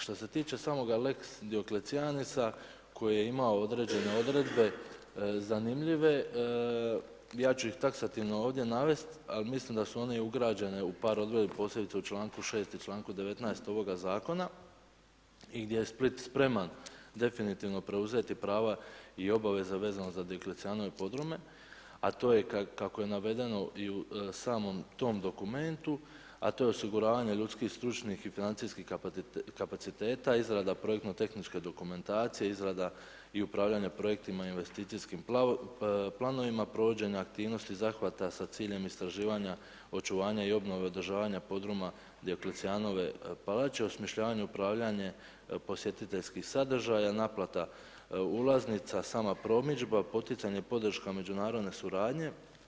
Što se tiče samoga lex dioklecianesa koji je imao određene odredbe zanimljive, ja ću ih taksativno ovdje navest, ali mislim da su one ugrađene i u par ... posebice u članku 6. i članku 19. ovoga zakona i gdje je Split spreman definitivno preuzeti prava i obaveze vezano za Dioklecijanove podrume, a to je kako je navedeno i u samom tom dokumentu, a to je osiguravanje ljudskih, stručnih i financijskih kapaciteta, izrada projektno tehničke dokumentacije, izrada i upravljanja projektima i investicijskim planovima, provođenje aktivnosti zahvata sa ciljem istraživanja, očuvanja i obnove održavanja podruma Dioklecijanove palače, osmišljavanje, upravljanje posjetiteljskih sadržaja, naplata ulaznica, sama promidžba, poticanje, podrška međunarodne suradnje.